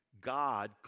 God